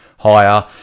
higher